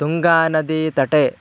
तुङ्गानदी तटे